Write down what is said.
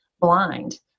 blind